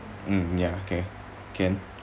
ya okay can